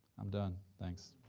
i'm done. thanks.